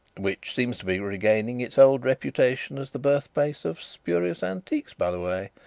which seems to be regaining its old reputation as the birthplace of spurious antiques, by the way,